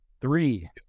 three